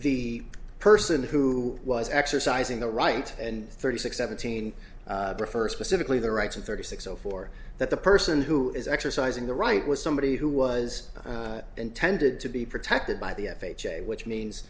the person who was exercising the right and thirty six seventeen refer specifically the rights of thirty six zero four that the person who is exercising the right was somebody who was intended to be protected by the f h a which means